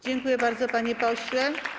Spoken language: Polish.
Dziękuję bardzo, panie pośle.